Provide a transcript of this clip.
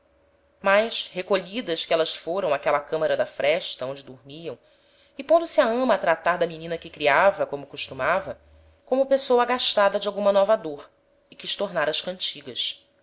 mas recolhidas que élas foram áquela camara da fresta onde dormiam e pondo-se a ama a tratar da menina que creava como costumava como pessoa agastada de alguma nova dôr e quis tornar ás cantigas